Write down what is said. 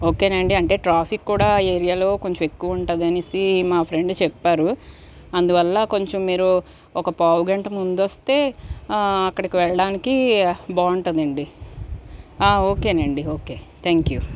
okay నండి అంటే traffic కూడా ఏరియాలో కొంచెం ఎక్కువ ఉంటుంది అనేసి మా ఫ్రెండ్ చెప్పారు అందువల్ల కొంచెం మీరు ఒక పావుగంట ముందొస్తే అక్కడికి వెళ్లడానికి బాగుంటుందండి ఓకే నండి ఓకే థ్యాంక్ యూ